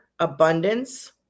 Abundance